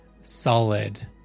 solid